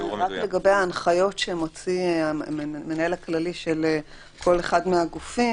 לגבי ההנחיות שמוציא המנהל הכללי של כל אחד מהגופים,